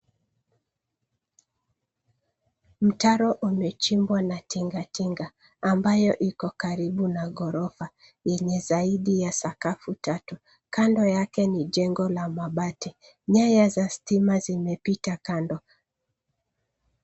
Mtaro umechimbwa na tingatinga ambayo iko karibu na ghorofa yenye zaidi ya sakafu tatu. Kando yake ni jengo la mabati. Nyaya za stima zimepita kando.